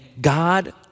God